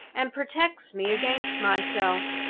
and protects me against myself.